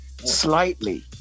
Slightly